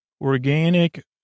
organic